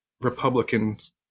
republicans